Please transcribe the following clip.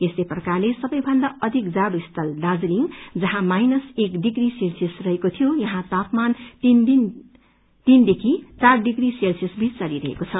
यस्तै प्रकारले सबै भन्दा अधिक जाडो स्थल दार्जीतिङ जहाँ माइनस एक डिग्री सेल्सीयस रहेको थियो यहाँ तापमान तीन देखि चार डिग्री सेल्सीयस बीच चलिरहेको छ